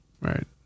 right